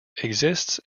exists